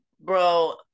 Bro